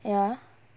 ya